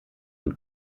und